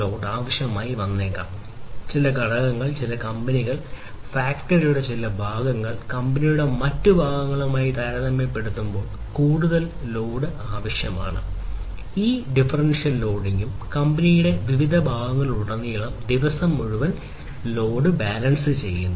load balancing കമ്പനിയുടെ വിവിധ ഭാഗങ്ങളിലുടനീളം ദിവസം മുഴുവൻ ലോഡ് ബാലൻസ് ചെയ്യുന്നു